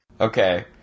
Okay